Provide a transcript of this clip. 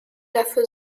dafür